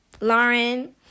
Lauren